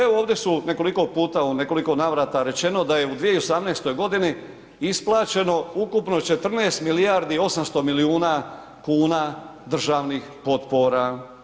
Evo ovdje su nekoliko puta, u nekoliko navrata rečeno da je u 2018. g. isplaćeno ukupno 14 milijardi i 800 milijuna kuna državnih potpora.